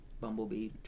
bumblebee